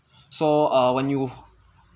so err when you